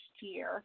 year